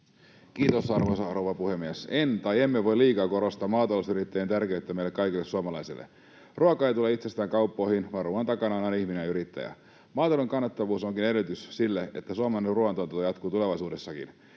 Kiitos, arvoisa rouva puhemies! Emme voi liikaa korostaa maatalousyrittäjien tärkeyttä meille kaikille suomalaisille. Ruoka ei tule itsestään kauppoihin, vaan ruuan takana on aina ihminen ja yrittäjä. Maatalouden kannattavuus onkin edellytys sille, että suomalainen ruuantuotanto jatkuu tulevaisuudessakin.